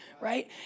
right